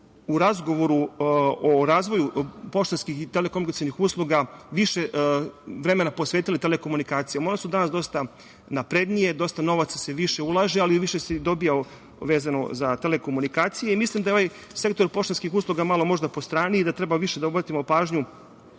u razgovoru o razvoju poštanskih i telekomunikacionih usluga više vreme posvetili telekomunikacijama. One su danas dosta naprednije, dosta novac se više ulaže, ali i više se dobija vezano za telekomunikacije. Mislim da je ovaj sektor poštanskih usluga možda malo po strani i da treba više da obratimo pažnju,